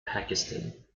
pakistan